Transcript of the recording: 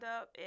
up